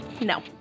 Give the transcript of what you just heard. No